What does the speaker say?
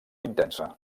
intensa